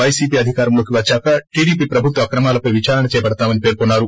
YCP అధికారంలోకి వద్సాక టీడీపీ ప్రభుత్వ అక్రమాలపై విదారణ చేపడతామని పెర్కున్నారు